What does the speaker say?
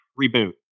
reboot